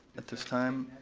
at this time.